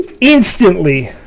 instantly